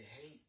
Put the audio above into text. hate